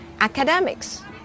academics